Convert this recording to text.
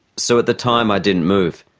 so at the time i didn't move,